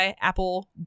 apple